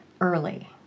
early